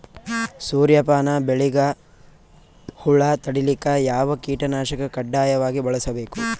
ಸೂರ್ಯಪಾನ ಬೆಳಿಗ ಹುಳ ತಡಿಲಿಕ ಯಾವ ಕೀಟನಾಶಕ ಕಡ್ಡಾಯವಾಗಿ ಬಳಸಬೇಕು?